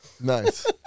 Nice